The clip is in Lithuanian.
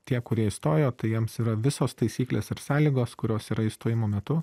tie kurie įstojo tai jiems yra visos taisyklės ir sąlygos kurios yra įstojimo metu